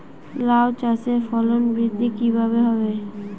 লাউ চাষের ফলন বৃদ্ধি কিভাবে হবে?